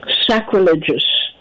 sacrilegious